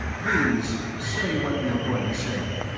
please say what you were going to say.